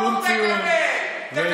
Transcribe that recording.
נמוך, נמוך תקבל.